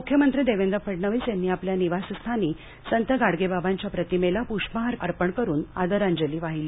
मुख्यमंत्री देवेंद्र फडणवीस यांनी आपल्या निवास स्थानी संत गाडगे बाबांच्या प्रतिमेला प्रष्पहार अर्पण करून आदरांजली वाहिली